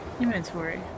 inventory